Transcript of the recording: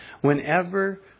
Whenever